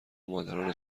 مادران